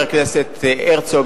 חבר הכנסת הרצוג,